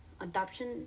adoption